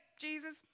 Jesus